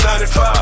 95